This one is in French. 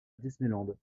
disneyland